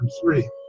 three